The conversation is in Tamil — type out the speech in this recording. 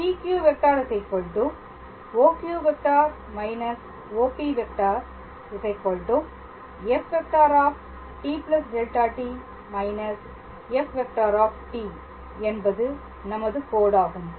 PQ⃗ OQ⃗− OP⃗ f⃗t δt−f⃗ என்பது நமது கோடாகும்